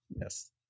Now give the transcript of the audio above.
Yes